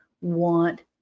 want